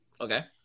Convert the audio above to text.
Okay